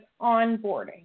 onboarding